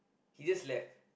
he just left